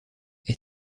est